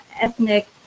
ethnic